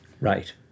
Right